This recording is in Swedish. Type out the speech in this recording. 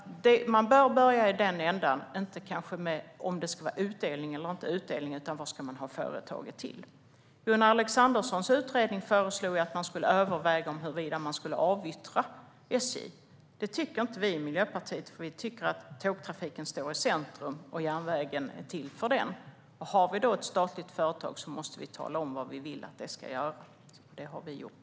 Man bör börja i den ändan - inte om det ska vara utdelning eller inte utdelning utan med frågan vad företaget ska vara till för. Gunnar Alexanderssons utredning föreslår att man ska överväga huruvida SJ ska avyttras. Det tycker inte vi i Miljöpartiet eftersom vi anser att tågtrafiken står i centrum och att järnvägen är till för den. Om det finns ett statligt företag måste vi tala om vad det ska göra. Det har vi gjort.